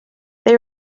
they